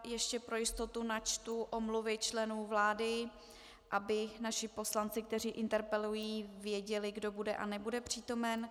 Ještě pro jistotu načtu omluvy členů vlády, aby naši poslanci, kteří interpelují, věděli, kdo bude a nebude přítomen.